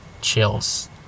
chills